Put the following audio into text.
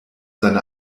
seine